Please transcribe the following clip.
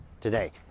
today